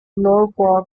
norfolk